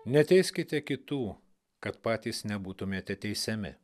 neteiskite kitų kad patys nebūtumėte teisiami